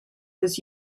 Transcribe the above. was